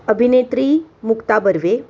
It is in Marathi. अभिनेत्री मुक्ता बर्वे